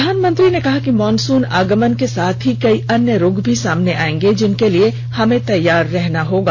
प्रधानमंत्री ने कहा कि मॉनसून आगमन के साथ ही कई अन्य रोग भी सामने आयेंगे जिनके लिए हमें तैयार रहना होगा